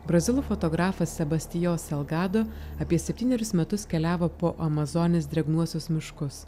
brazilų fotografas sebastijo selgado apie septynerius metus keliavo po amazonės drėgnuosius miškus